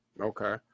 Okay